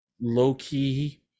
low-key